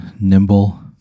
nimble